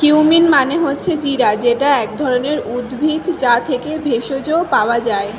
cumin মানে হচ্ছে জিরা যেটা এক ধরণের উদ্ভিদ, যা থেকে ভেষজ পাওয়া যায়